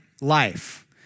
life